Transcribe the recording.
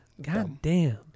Goddamn